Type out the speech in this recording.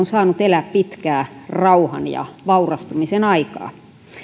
saanut elää pitkää rauhan ja vaurastumisen aikaa